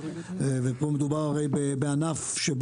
ופה מדובר בענף,